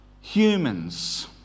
humans